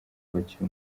kwakira